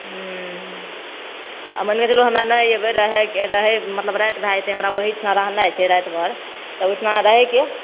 हूँ अऽ मने चलू हमरा नहि एबय रहय रहय मतलब राति भए जेतय हमरा ओहिठुना रहनाइ छै राति भरि तऽ ओहिठिना रहयके